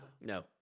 no